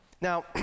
Now